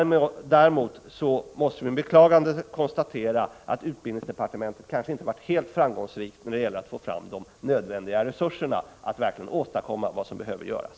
Däremot måste vi med beklagande konstatera att utbildningsdepartementet kanske inte varit helt framgångsrikt när det gäller att få fram de nödvändiga resurserna för att verkligen kunna åstadkomma det som behöver göras.